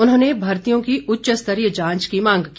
उन्होंने भर्तियों की उच्च स्तरीय जांच की मांग की